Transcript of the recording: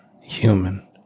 human